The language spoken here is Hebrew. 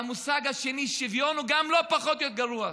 והמושג השני, שוויון, גם הוא לא פחות גרוע.